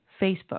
Facebook